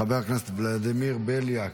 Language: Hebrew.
חבר הכנסת ולדימיר בליאק,